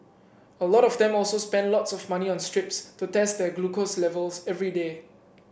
a lot of them also spend lots of money on strips to test their glucose levels every day